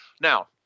Now